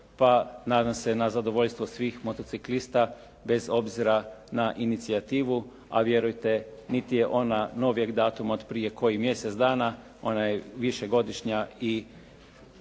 pa nadam se na zadovoljstvo svih motociklista bez obzira na inicijativu a vjerujte niti je ona novijeg datuma od prije kojih mjesec dana, ona je višegodišnja i